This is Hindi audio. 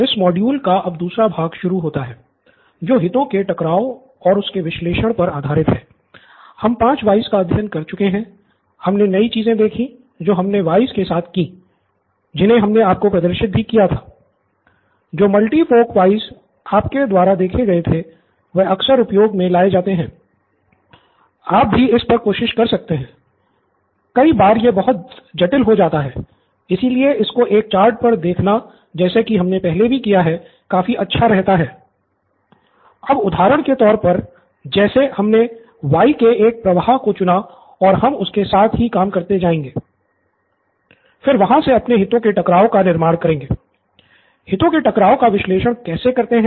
इस मॉड्यूल का अब दूसरा भाग शुरू होता है जो हितों के टकराव और उसके विश्लेषण पर आधारित है